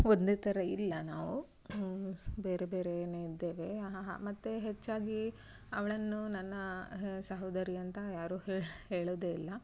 ಒಂದೇ ಥರ ಇಲ್ಲ ನಾವು ಬೇರೆ ಬೇರೇ ಇದ್ದೇವೆ ಹಾಂ ಹಾಂ ಹಾಂ ಮತ್ತು ಹೆಚ್ಚಾಗಿ ಅವಳನ್ನು ನನ್ನ ಸಹೋದರಿ ಅಂತ ಯಾರೂ ಹೇಳೋದೇ ಇಲ್ಲ